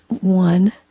one